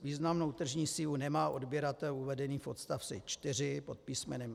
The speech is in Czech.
Významnou tržní sílu nemá odběratel uvedený v odst. 4 pod písm.